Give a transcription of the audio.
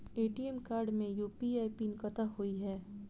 ATM card मे UPI PIN कतह होइ है?